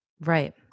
Right